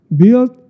build